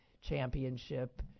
championship